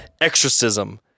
exorcism